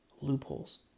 Loopholes